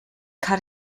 cut